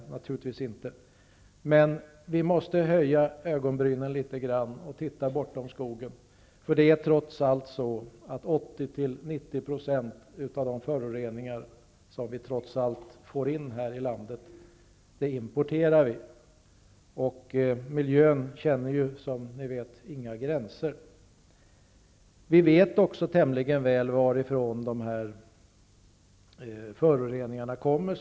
Men vi måste höja ögonbrynen litet grand och titta bortom skogen. Det är trots allt så att 80--90 % av de föroreningar som vi trots allt får in här i landet är importerade. Miljön känner ju, som vi vet, inga gränser. Vi vet också tämligen väl varifrån dessa föroreningar kommer.